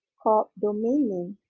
called domain name